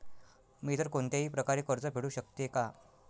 मी इतर कोणत्याही प्रकारे कर्ज फेडू शकते का?